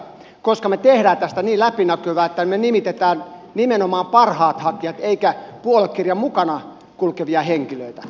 koska me teemme tästä niin läpinäkyvää että me nimitämme nimenomaan parhaat hakijat emmekä puoluekirjan mukana kulkevia henkilöitä